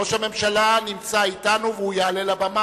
ראש הממשלה נמצא אתנו והוא יעלה לבמה